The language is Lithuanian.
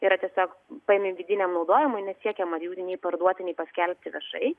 yra tiesiog paimami vidiniam naudojimui nesiekiama jų nei parduoti nei paskelbti viešai